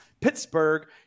Pittsburgh